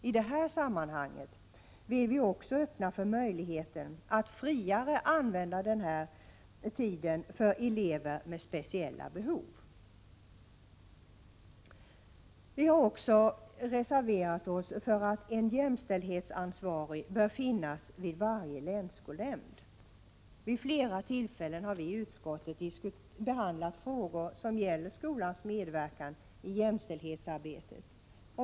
I det här sammanhanget vill vi också öppna möjlighet att friare använda tiden för elever med speciella behov. Vi har också reserverat oss för att en jämställdhetsansvarig bör finnas vid varje länsskolnämnd. Vid flera tillfällen har vi i utskottet behandlat frågor som gäller skolans medverkan i jämställdhetsarbetet.